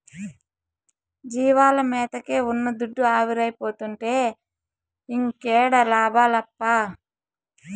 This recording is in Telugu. జీవాల మేతకే ఉన్న దుడ్డు ఆవిరైపోతుంటే ఇంకేడ లాభమప్పా